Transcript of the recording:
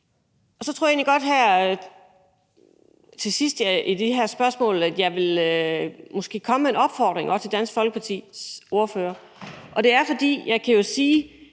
Så tror jeg egentlig godt, at jeg her til sidst i det her spørgsmål vil komme med en opfordring til Dansk Folkepartis ordfører. Altså, jeg kan jo sige,